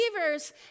believers